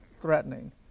threatening